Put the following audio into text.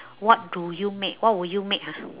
what do you make what would you make ah